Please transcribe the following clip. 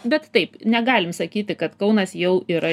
bet taip negalim sakyti kad kaunas jau yra